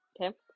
Okay